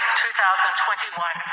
2021